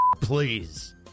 please